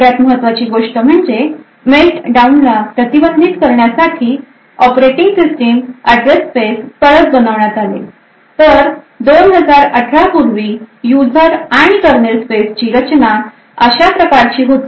सगळ्यात महत्त्वाची गोष्ट म्हणजे Meltdown ला प्रतिबंधित करण्यासाठी oprating system address space परत बनवण्यात आले तर 2018 पूर्वी युजर आणि करनेल स्पेस ची रचना अशा प्रकारची होती